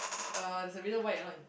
uh there's a reason why you not in